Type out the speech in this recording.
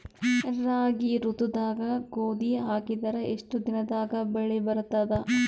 ರಾಬಿ ಋತುದಾಗ ಗೋಧಿ ಹಾಕಿದರ ಎಷ್ಟ ದಿನದಾಗ ಬೆಳಿ ಬರತದ?